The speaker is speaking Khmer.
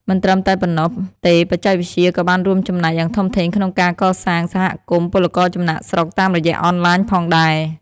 មិនត្រឹមតែប៉ុណ្ណោះទេបច្ចេកវិទ្យាក៏បានរួមចំណែកយ៉ាងធំធេងក្នុងការកសាង សហគមន៍ពលករចំណាកស្រុក តាមរយៈអនឡាញផងដែរ ។